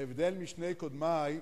בהבדל משני קודמי,